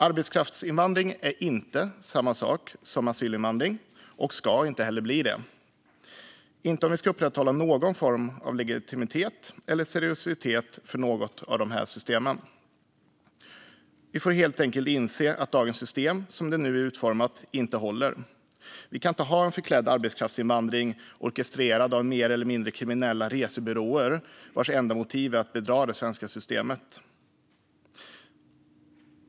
Arbetskraftsinvandring är inte samma sak som asylinvandring, och om vi ska upprätthålla någon form av legitimitet eller seriositet i något av systemen ska det heller inte bli det. Vi får helt enkelt inse att dagens system som det nu är utformat inte håller. Vi kan inte ha en förklädd arbetskraftsinvandring orkestrerad av mer eller mindre kriminella resebyråer vars enda motiv är att bedra det svenska systemet.